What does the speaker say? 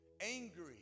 Angry